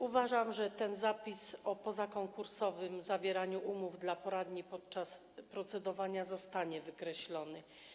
Uważam, że zapis o pozakonkursowym zawieraniu umów dla poradni podczas procedowania zostanie wykreślony.